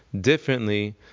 differently